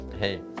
hey